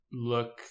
look